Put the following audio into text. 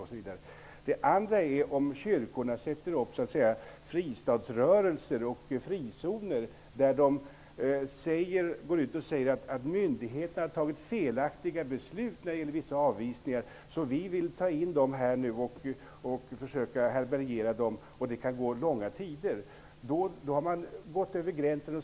Det är en annan sak om kyrkorna sätter upp fristadsrörelser och frizoner, om de säger att myndigheterna har fattat felaktiga beslut när det gäller vissa avvisningar och vill härbärgera personer i kyrkor, kanske under lång tid. Då har de gått över gränsen.